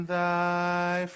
thy